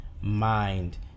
mind